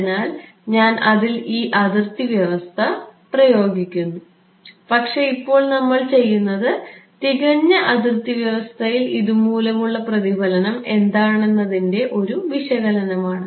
അതിനാൽ ഞാൻ അതിൽ ഈ അതിർത്തി വ്യവസ്ഥ ചുമത്താൻ പോകുന്നു പക്ഷേ ഇപ്പോൾ നമ്മൾ ചെയ്യുന്നത് തികഞ്ഞ അതിർത്തി അവസ്ഥയിൽ ഇതുമൂലമുള്ള പ്രതിഫലനം എന്താണെന്നതിന്റെ ഒരു വിശകലനമാണ്